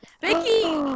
Vicky